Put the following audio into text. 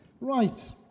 Right